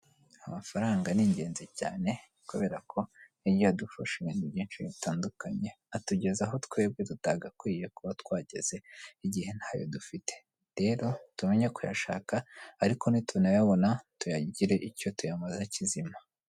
Amafaranga ni ingenzi cyane kubera ko ajyagiye yadufasha ibintu byinshi bitandukanye atugezaho twebwe tutagakwiye kuba twageze igihe ntayo dufite, rero tumenye kuyashaka ariko ni tunayabona tuyagire icyo tuyamaza kizima.